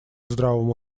здравому